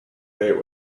date